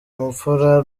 bupfura